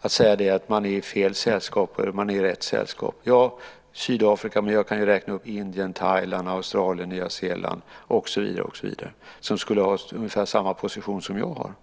att säga att man är i fel sällskap eller i rätt sällskap. Näringsministern nämner Sydafrika. Jag kan räkna upp Indien, Thailand, Australien, Nya Zeeland och så vidare som har ungefär samma position som jag har.